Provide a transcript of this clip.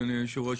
אדוני היושב-ראש,